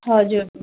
हजुर